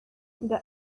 the